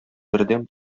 бердәм